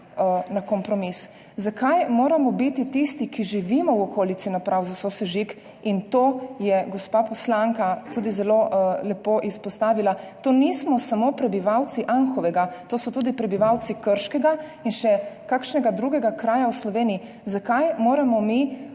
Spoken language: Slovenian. na kompromis. Zakaj moramo tisti, ki živimo v okolici naprav za sosežig – in, to je gospa poslanka tudi zelo lepo izpostavila, to nismo samo prebivalci Anhovega, to so tudi prebivalci Krškega in še kakšnega drugega kraja v Sloveniji – zakaj moramo mi